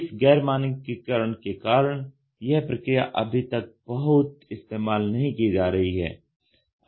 इस गैर मानकीकरण के कारण यह प्रक्रिया अभी तक बहुत इस्तेमाल नहीं की जा रही है